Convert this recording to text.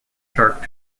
shark